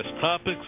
topics